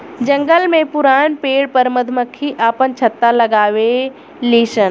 जंगल में पुरान पेड़ पर मधुमक्खी आपन छत्ता लगावे लिसन